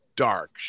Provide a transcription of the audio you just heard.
dark